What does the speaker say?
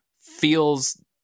feels